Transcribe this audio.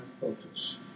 focus